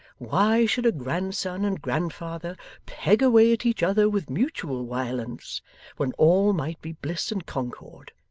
why should a grandson and grandfather peg away at each other with mutual wiolence when all might be bliss and concord.